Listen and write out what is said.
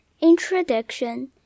introduction